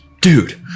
Dude